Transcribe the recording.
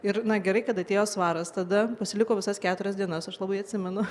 ir na gerai kad atėjo svaras tada pasiliko visas keturias dienas aš labai atsimenu